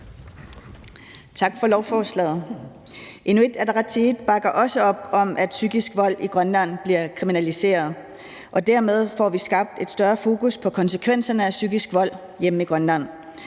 Tak for lovforslaget. Inuit Ataqatigiit bakker også op om, at psykisk vold i Grønland bliver kriminaliseret. Dermed får vi skabt et større fokus på konsekvenserne af psykisk vold hjemme i Grønland.